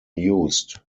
used